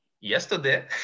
Yesterday